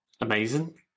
Amazing